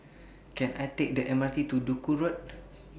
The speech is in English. Can I Take The M R T to Duku Road